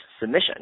submission